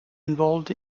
involved